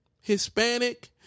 hispanic